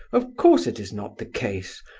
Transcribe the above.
of course it is not the case.